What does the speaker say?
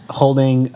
holding